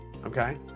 Okay